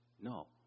No